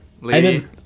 lady